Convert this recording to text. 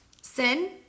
sin